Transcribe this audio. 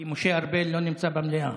כי משה ארבל לא נמצא במליאה.